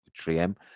3M